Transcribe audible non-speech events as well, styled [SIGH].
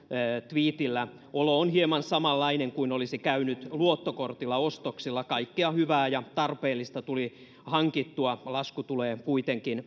tviitillä olo on hieman samanlainen kuin olisin käynyt luottokortilla ostoksilla kaikkea hyvää ja tarpeellista tuli hankittua lasku tulee kuitenkin [UNINTELLIGIBLE]